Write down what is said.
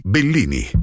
Bellini